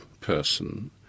person